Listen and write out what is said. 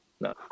no